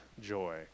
joy